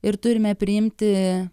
ir turime priimti